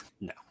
No